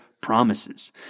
promises